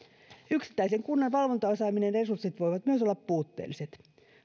yksittäisen kunnan valvontaosaamisen resurssit voivat myös olla puutteelliset